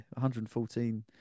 114